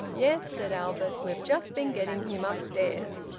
yes, said albert. we've just been getting him upstairs.